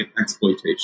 exploitation